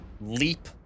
leap